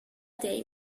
day